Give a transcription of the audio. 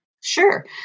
Sure